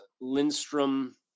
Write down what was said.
Lindstrom